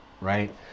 right